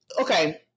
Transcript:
okay